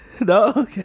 no